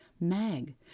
Mag